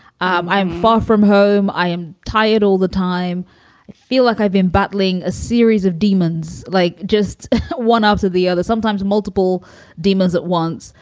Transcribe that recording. um i'm far from home. i am tired all the time. i feel like i've been battling a series of demons, like just one after the other, sometimes multiple demons at once.